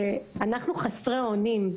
אנחנו חסרי אונים.